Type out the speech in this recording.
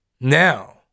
now